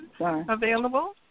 Available